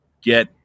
get